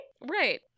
Right